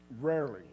Rarely